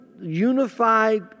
unified